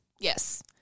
Yes